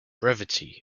brevity